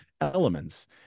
elements